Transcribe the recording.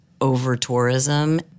over-tourism